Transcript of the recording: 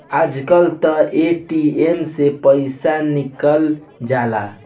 आजकल तअ ए.टी.एम से पइसा निकल जाला